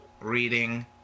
reading